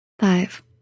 Five